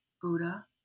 Buddha